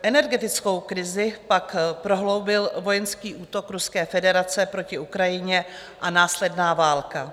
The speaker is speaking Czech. Energetickou krizi pak prohloubil vojenský útok Ruské federace proti Ukrajině a následná válka.